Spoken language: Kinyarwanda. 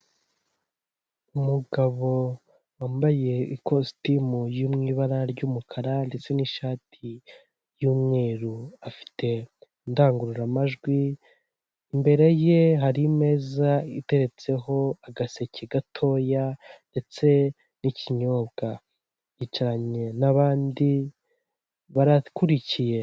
Umugabo wambaye ikositimu yo mu ibara ry'umukara ndetse n'ishati y'umweru, afite indangururamajwi, imbere ye hari imeza iteretseho agaseke gatoya ndetse n'ikinyobwa yicaranye n'abandi barakurikiye.